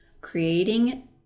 creating